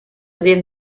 sehen